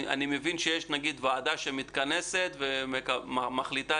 אני מבין שיש ועדה שמתכנסת ומחליטה